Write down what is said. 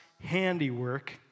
handiwork